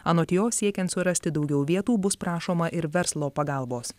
anot jo siekiant surasti daugiau vietų bus prašoma ir verslo pagalbos